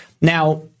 Now